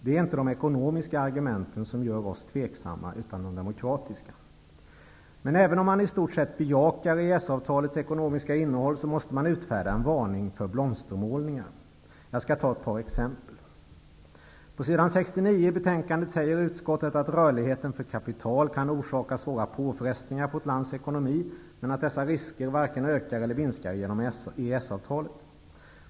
Det är inte de ekonomiska argumenten som gör oss tveksamma, utan det är de demokratiska. Även om man i stort bejakar EES-avtalets ekonomiska innehåll, måste man utfärda en varning för blomstermålningar. Jag skall ta ett par exempel. På s. 69 i betänkandet säger utskottet att rörligheten för kapital kan orsaka svåra påfrestningar på vårt lands ekonomi men att dessa risker varken ökar eller minskar genom EES avtalet.